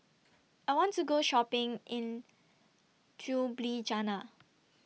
I want to Go Shopping in Ljubljana